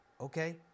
Okay